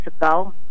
ago